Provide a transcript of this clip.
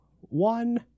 one